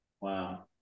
Wow